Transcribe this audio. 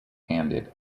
handed